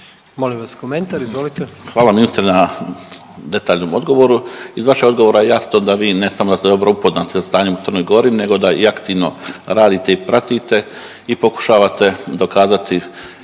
Radoje (HDZ)** Hvala ministre na detaljnom odgovoru. Iz vašeg odgovora je jasno da vi ne samo da ste dobro upoznati sa stanjem u Crnoj Gori, nego da i aktivno radite i pratite i pokušavate dokazati